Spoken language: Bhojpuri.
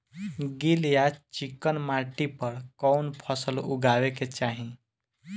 गील या चिकन माटी पर कउन फसल लगावे के चाही?